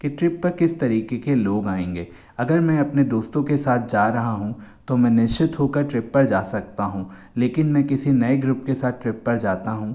कि ट्रिप पर किस तरीके के लोग आएंगे अगर मैं अपने दोस्तों के साथ जा रहा हूँ तो मैं निश्चित होकर ट्रिप पर जा सकता हूँ लेकिन मैं किसी नए ग्रूप के साथ ट्रिप पर जाता हूँ